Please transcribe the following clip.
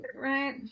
right